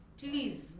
please